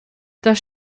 das